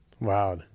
wow